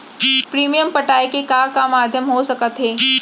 Premium पटाय के का का माधयम हो सकत हे?